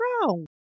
wrong